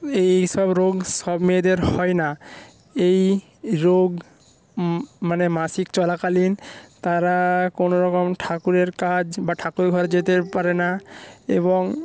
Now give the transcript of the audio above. এইসব রোগ সব মেয়েদের হয় না এই রোগ মানে মাসিক চলাকালীন তারা কোনো রকম ঠাকুরের কাজ বা ঠাকুর ঘর যেতে পারে না এবং